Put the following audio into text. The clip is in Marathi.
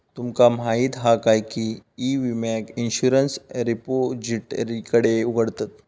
तुमका माहीत हा काय की ई विम्याक इंश्युरंस रिपोजिटरीकडे उघडतत